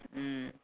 mm